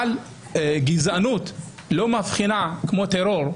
אבל גזענות כמו טרור,